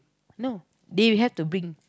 no they have to bring